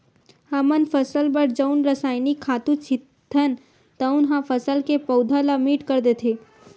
हमन फसल बर जउन रसायनिक खातू छितथन तउन ह फसल के पउधा ल मीठ कर देथे